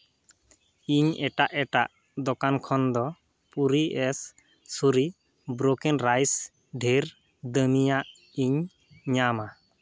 ᱤᱧ ᱮᱴᱟᱜ ᱮᱴᱟᱜ ᱫᱚᱠᱟᱱ ᱠᱷᱚᱱ ᱫᱚ ᱯᱩᱨᱤ ᱮᱥ ᱥᱩᱨᱤ ᱵᱨᱳᱠᱮᱱ ᱨᱟᱭᱤᱥ ᱰᱷᱮᱨ ᱫᱟᱹᱢᱤᱭᱟᱹᱜ ᱤᱧ ᱧᱟᱢᱟ